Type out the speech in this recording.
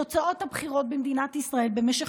תוצאות הבחירות במדינת ישראל במשך